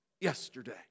yesterday